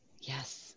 Yes